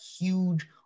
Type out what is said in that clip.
huge